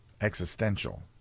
existential